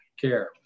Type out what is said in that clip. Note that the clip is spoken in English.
Care